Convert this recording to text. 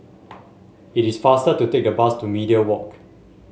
it is faster to take the bus to Media Walk